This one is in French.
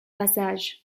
passage